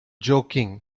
joking